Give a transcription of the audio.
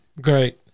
great